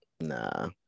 nah